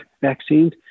vaccines